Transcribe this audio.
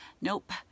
Nope